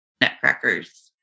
nutcrackers